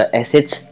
assets